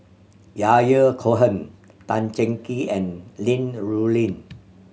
Yahya Cohen Tan Cheng Kee and Li Rulin